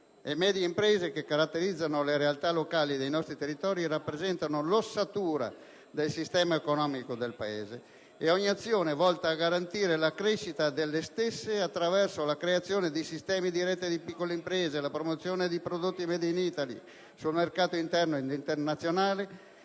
e medie imprese che caratterizzano le realtà locali dei nostri territori, rappresentano l'ossatura del sistema economico del Paese ed ogni azione volta a garantire la crescita delle stesse attraverso la creazione di sistemi di rete di piccole imprese, la promozione dei prodotti *made in Italy* sul mercato interno ed internazionale,